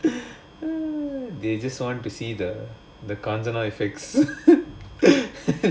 they just want to see the the counter effects